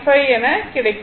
5 என கிடைக்கும்